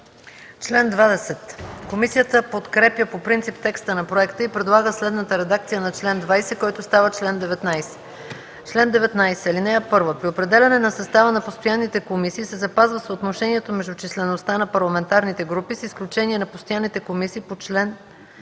МАНОЛОВА: Комисията подкрепя по принцип текста на проекта и предлага следната редакция на чл. 20, който става чл. 19: „Чл. 19. (1) При определяне на състава на постоянните комисии се запазва съотношението между числеността на парламентарните групи с изключение на постоянните комисии по чл.